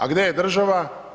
A gdje je država?